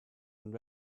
and